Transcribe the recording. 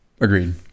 Agreed